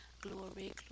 glory